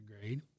grade